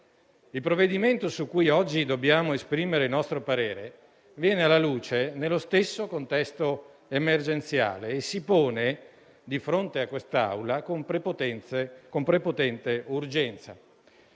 Il provvedimento su cui oggi dobbiamo esprimere il nostro parere viene alla luce nello stesso contesto emergenziale e si pone di fronte a quest'Assemblea con prepotente urgenza.